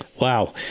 wow